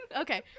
Okay